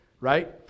right